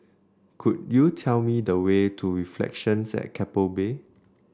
could you tell me the way to Reflections at Keppel Bay